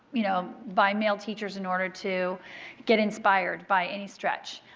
you know, by male teachers in order to get inspired by any stretch.